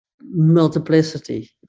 multiplicity